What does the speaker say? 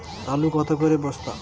আলু কত করে বস্তা?